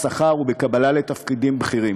בשכר ובקבלה לתפקידים בכירים.